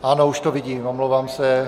Ano, už to vidím, omlouvám se.